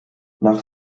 nach